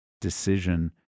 decision